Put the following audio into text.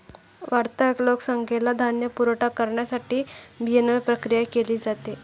वाढत्या लोकसंख्येला धान्य पुरवठा करण्यासाठी बियाण्यांवर प्रक्रिया केली जाते